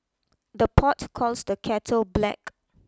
the pot calls the kettle black